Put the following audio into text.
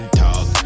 talk